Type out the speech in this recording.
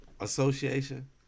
association